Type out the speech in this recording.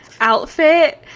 outfit